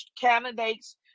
candidates